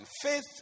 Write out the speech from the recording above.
Faith